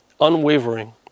unwavering